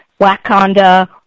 Wakanda